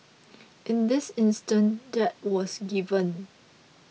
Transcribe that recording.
in this instance that was given